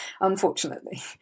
unfortunately